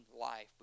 life